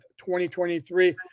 2023